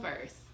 first